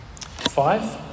Five